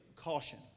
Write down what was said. caution